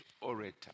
orator